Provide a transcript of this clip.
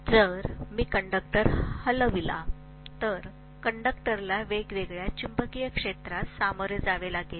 जर मी कंडक्टर हलविला तर कंडक्टरला वेगवेगळ्या चुंबकीय क्षेत्रास सामोरे जावे लागेल